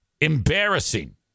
Embarrassing